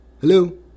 Hello